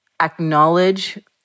acknowledge